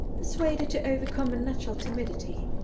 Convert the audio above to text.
persuaded to overcome a natural timidity,